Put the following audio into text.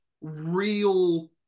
real